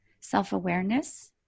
self-awareness